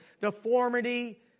deformity